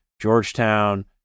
Georgetown